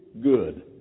Good